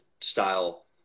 style